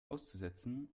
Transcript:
auszusetzen